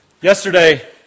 Yesterday